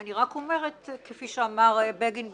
אני רק אומרת, כפי שאמר בגין בזמנו,